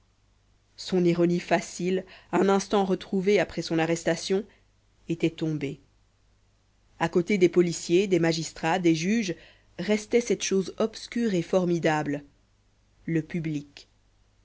à côté des policiers des magistrats des juges restait cette chose obscure et formidable le public